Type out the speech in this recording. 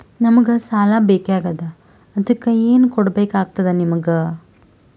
ನಮಗ ಸಾಲ ಬೇಕಾಗ್ಯದ ಅದಕ್ಕ ಏನು ಕೊಡಬೇಕಾಗ್ತದ ನಿಮಗೆ?